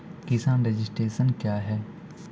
किसान रजिस्ट्रेशन क्या हैं?